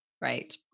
Right